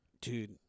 Dude